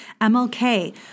MLK